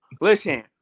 Listen